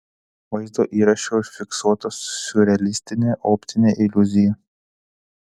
vaizdo įraše užfiksuota siurrealistinė optinė iliuzija